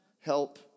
help